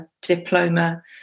diploma